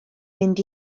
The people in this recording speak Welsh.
mynd